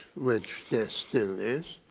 which there still is.